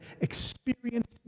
experienced